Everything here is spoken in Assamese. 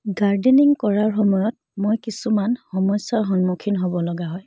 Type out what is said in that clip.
গাৰ্ডেনিং কৰাৰ সময়ত মই কিছুমান সমস্যাৰ সন্মুখীন হ'ব লগা হয়